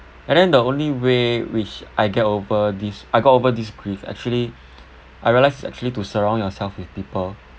and then the only way which I get over this I got over this grief actually I realise is actually to surround yourself with people